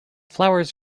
flowers